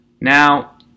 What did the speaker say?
Now